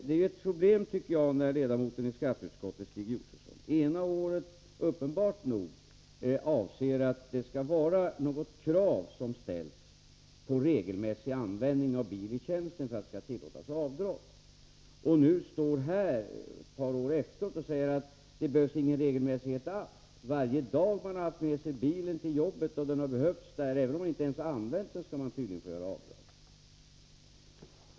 Det är ett problem, tycker jag, när ledamoten av skatteutskottet Stig Josefson ena året uppenbart anser att något krav skall ställas på regelmässig användning av bil i tjänsten för att avdrag skall tillåtas, och nu ett par år efteråt står här och säger att det inte behövs någon regelmässighet alls. För varje dag man har haft med sig bilen till jobbet för att den har behövts där — även om man inte ens har använt den — skall man tydligen få göra avdrag.